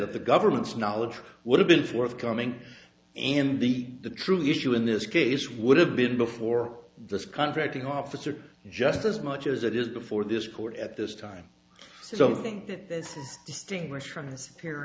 that the government's knowledge would have been forthcoming and the the true issue in this case would have been before this contracting officer just as much as it is before this court at this time something that is